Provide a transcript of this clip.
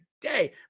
today